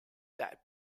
that